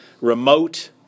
Remote